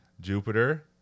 Jupiter